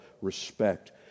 respect